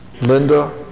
Linda